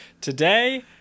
Today